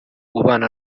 ubana